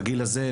בגיל הזה,